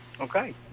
Okay